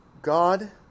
God